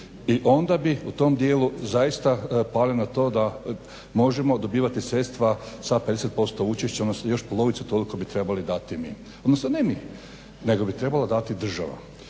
i onda bi u tom dijelu zaista pali na to da možemo dobivati sredstva sa 50% učešća odnosno još polovicu toliko bi trebali davati mi, odnosno ne mi, nego bi trebala dati država.